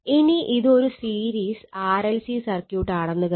ഇനി ഇത് ഒരു സീരീസ് RLC സർക്യൂട്ട് ആണെന്ന് കരുതുക